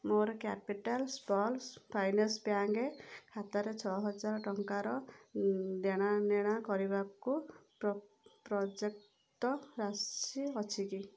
ମୋର କ୍ୟାପିଟାଲ୍ ସ୍ପଲ୍ସ Finance Bank ଖାତାରେ ଛଅ ହଜାର ଟଙ୍କାର ଦେଣନେଣ କରିବାକୁ ପ୍ର ପ୍ରଯକ୍ତ ରାଶି ଅଛି କି